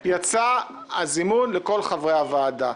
הזימון לכל חברי הוועדה.